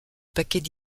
paquets